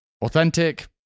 authentic